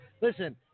Listen